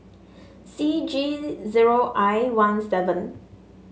C G zero I one seven